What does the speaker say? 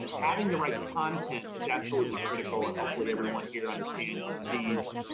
having the right content is absolutely critical. and hopefully everyone here understands and sees.